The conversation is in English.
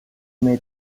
may